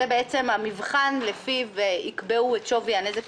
זה בעצם המבחן שלפיו יקבעו את שווי הנזק